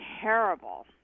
terrible